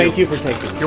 you for taking